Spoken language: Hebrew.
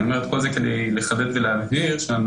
אני אומר את כל זה כדי לחבר ולהסביר שאנחנו,